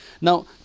Now